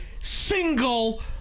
single